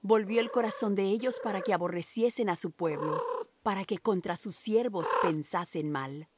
volvió el corazón de ellos para que aborreciesen á su pueblo para que contra sus siervos pensasen mal